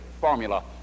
formula